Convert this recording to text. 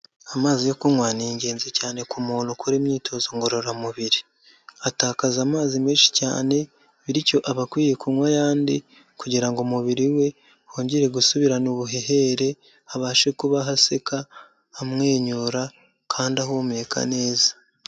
Amazi yo kunywa ni ingenzi cyane ku muntu ukora imyitozo ngororamubiri, atakaza amazi menshi cyane bityo aba akwiye kunywa ayandi kugira ngo umubiri we wongere gusubirana ubuhehere, abashe kubaho aseka, amwenyura kandi ahumeka neza.